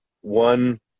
one